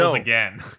again